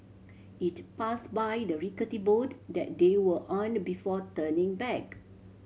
it pass by the rickety boat that they were on before turning back